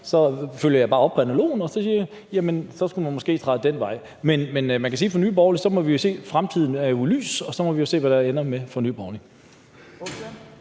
så følger jeg bare op på analogen og siger, at så skulle man måske dreje den vej. Men i forhold til Nye Borgerlige må vi jo se – fremtiden er jo lys, og så må vi se, hvad det ender med for Nye Borgerlige.